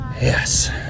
Yes